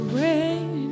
rain